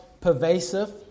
pervasive